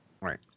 Right